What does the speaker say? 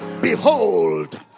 behold